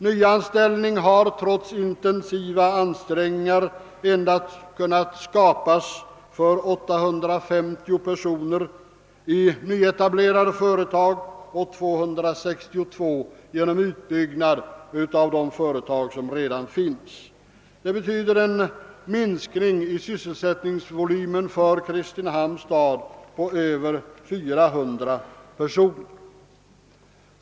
Nyanställning har trots intensiva ansträngningar endast kunnat skapas för 850 personer i nyetablerade företag och för 260 personer genom utbyggnad av de företag som redan finns. Det betyder en minskning i sysselsättningsvolymen för Kristinehamns stad med ca 300 årsarbetskrafter.